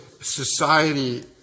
society